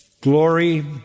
glory